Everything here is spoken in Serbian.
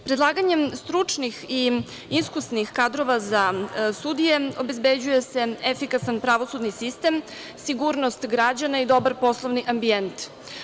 Predlaganjem stručnih i iskusnih kadrova za sudije obezbeđuje se efikasan pravosudni sistem, sigurnost građana i dobar poslovni ambijent.